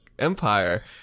Empire